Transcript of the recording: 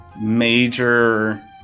major